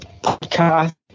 podcast